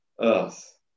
earth